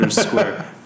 Square